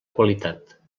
qualitat